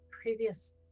previous